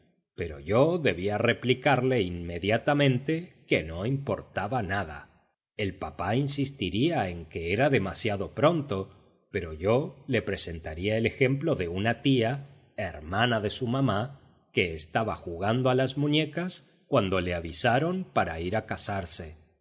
pero yo debía replicarle inmediatamente que no importaba nada el papá insistiría en que era demasiado pronto pero yo le presentaría el ejemplo de una tía hermana de su mamá que estaba jugando a las muñecas cuando la avisaron para ir a casarse